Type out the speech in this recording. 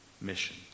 mission